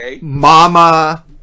Mama